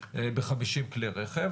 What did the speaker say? ב-50 כלי רכב.